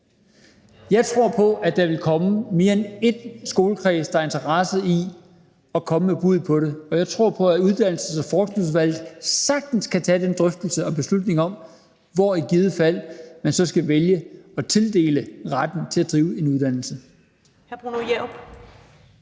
Jeg tror på, at der vil være mere end en skolekreds, der har interesse i at komme med et bud på det, og jeg tror på, at Uddannelses- og Forskningsudvalget sagtens kan tage den drøftelse og beslutning om, hvem man så i givet fald skal tildele retten til at drive en uddannelse.